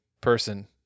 person